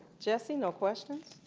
jesse, no questions?